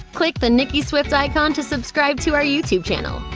click the nicki swift icon to subscribe to our youtube channel.